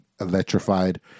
electrified